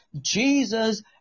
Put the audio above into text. Jesus